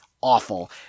Awful